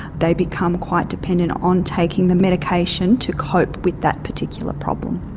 they become quite dependent on taking the medication to cope with that particular problem.